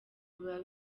biba